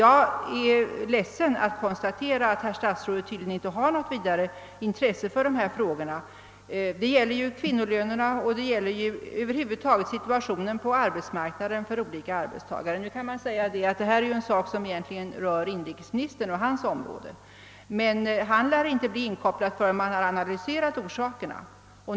Jag är ledsen att konstatera att herr statsrådet tydligen inte har något vidare intresse för dessa frågor, den större sjukfrånvaron bland kvinnor och över :huvud taget situationen på arbetsmarknaden för olika arbetstagare. Naturligtvis kan man invända att detta är en sak som egentligen hör till inrikesministerns område, men han lär inte bli inkopplad förrän man har analyserat orsakerna.